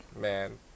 man